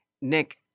Nick